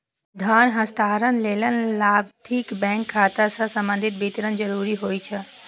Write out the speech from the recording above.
धन हस्तांतरण लेल लाभार्थीक बैंक खाता सं संबंधी विवरण जरूरी होइ छै